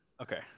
Okay